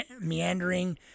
meandering